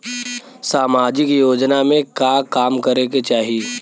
सामाजिक योजना में का काम करे के चाही?